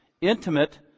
intimate